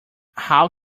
how